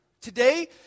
Today